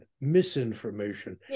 misinformation